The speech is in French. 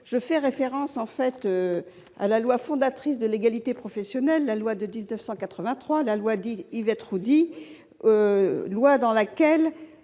je fais référence en fait à la loi fondatrice de l'égalité professionnelle, la loi de 1983 la loi dit Yvette Roudy loi dans laquelle